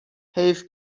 حیف